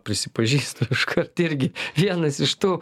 prisipažįstu iškart irgi vienas iš tų